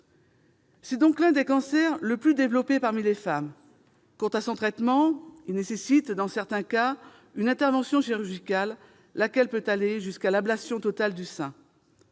C'est donc l'un des cancers les plus développés parmi les femmes. Son traitement nécessite, dans certains cas, une intervention chirurgicale, qui peut aller jusqu'à l'ablation totale du sein.